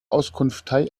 auskunftei